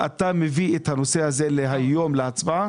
אתה מביא את הנושא הזה היום להצבעה?